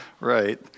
right